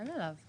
אין עליו.